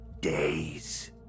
days